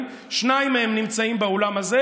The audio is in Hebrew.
שנמשך ממרץ 2001,